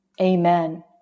amen